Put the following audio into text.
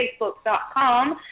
facebook.com